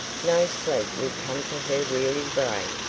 no sleep would come to her weary brain,